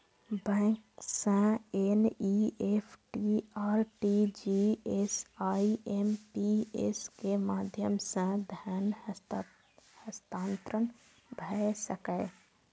bank सं NEFT, RTGS, IMPS के माध्यम सं धन हस्तांतरण भए सकैए